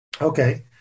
Okay